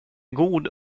god